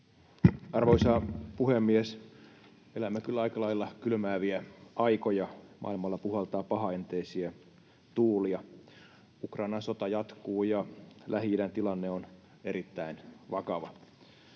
Arvoisa puhemies! Elämme kyllä aika lailla kylmääviä aikoja, maailmalla puhaltaa pahaenteisiä tuulia. Ukrainan sota jatkuu, ja Lähi-idän tilanne on erittäin vakava.